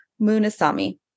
Munasami